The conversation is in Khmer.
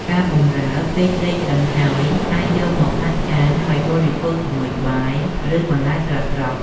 ការបម្រើពេលត្រីឆ្អិនហើយ អាចយកមកដាក់ចាន ហើយបរិភោគជាមួយបាយ ឬបន្លែស្រស់ៗ។